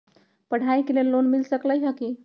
पढाई के लेल लोन मिल सकलई ह की?